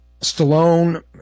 Stallone